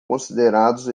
considerados